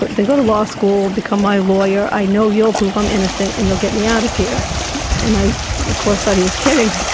but then go to law school, become my lawyer, i know you'll prove i'm innocent and you'll get me out of here and i of course thought he was kidding,